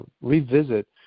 revisit